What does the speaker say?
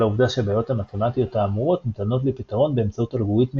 העובדה שהבעיות המתמטיות האמורות ניתנות לפתרון באמצעות אלגוריתמים